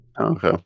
okay